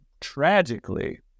tragically